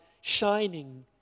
shining